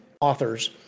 authors